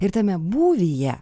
ir tame būvyje